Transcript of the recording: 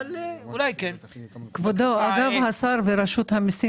אגב השר, רשות המסים